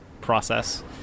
process